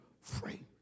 free